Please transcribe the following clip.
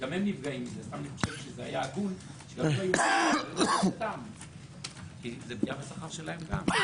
גם הם נפגעים והייתי חושב שזה היה הגון כי זו פגיעה בשכר שלהם גם.